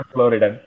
Florida